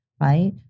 right